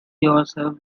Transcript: yourself